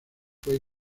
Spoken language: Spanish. fue